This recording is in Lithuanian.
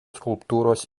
skulptūros